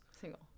single